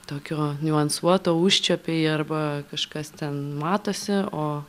tokio niuansuoto užčiuopei arba kažkas ten matosi o